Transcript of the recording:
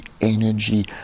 energy